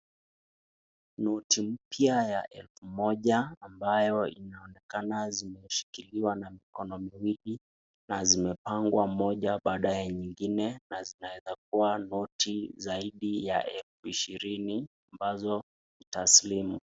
Noti mpya ya elfu moja ambayo inaonekana zimeshikiliwa na mikono miwili na zimepangwa moja baada ya nyingine, na zinaweza kuwa noti zaidi ya elfu ishirini ambazo ni taslimu.